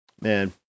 Man